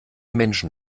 menschen